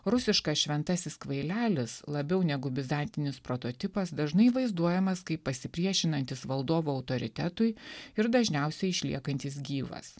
rusiškas šventasis kvailelis labiau negu bizantinis prototipas dažnai vaizduojamas kaip pasipriešinantis valdovo autoritetui ir dažniausiai išliekantis gyvas